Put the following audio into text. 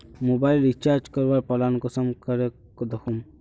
Mobile recharge करवार plan कुंसम करे दखुम?